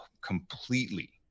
completely